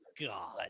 god